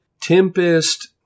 Tempest